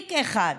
תיק אחד,